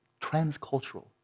transcultural